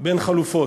בין חלופות.